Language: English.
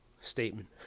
statement